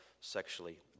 sexually